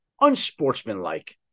unsportsmanlike